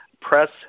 press